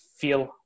feel